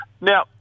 Now